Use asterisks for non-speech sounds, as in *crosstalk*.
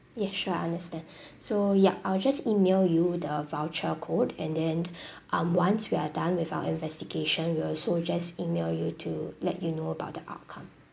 yes sure I understand *breath* so yup I'll just email you the voucher code and then *breath* um once we are done with our investigation we will also just email you to let you know about the outcome